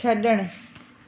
छॾणु